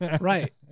Right